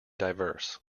diverse